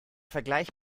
vergleich